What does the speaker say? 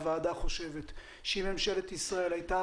הוועדה חושבת שאם ממשלת ישראל הייתה